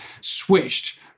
switched